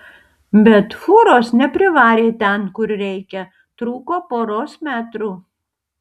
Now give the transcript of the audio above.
bet fūros neprivarė ten kur reikia trūko poros metrų